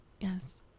yes